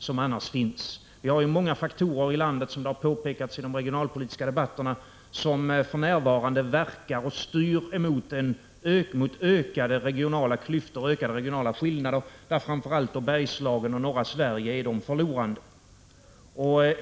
Som det har påpekats i den regionalpolitiska debatten har vi för närvarande många faktorer som verkar och styr mot ökade regionala klyftor och ökade regionala skillnader, varvid framför allt Bergslagen och norra Sverige är de förlorande.